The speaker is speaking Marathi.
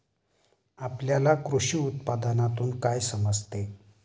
आपल्याला कृषी उत्पादनातून काय समजते?